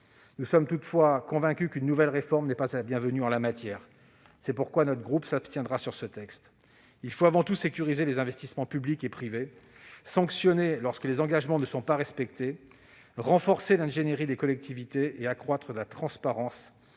Nous sommes toutefois convaincus qu'une nouvelle réforme n'est pas la bienvenue en la matière. C'est pourquoi notre groupe s'abstiendra sur ce texte. Il faut avant tout sécuriser les investissements publics et privés, sanctionner les opérateurs lorsqu'ils ne respectent pas leurs engagements, renforcer l'ingénierie des collectivités et accroître la transparence